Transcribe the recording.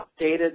updated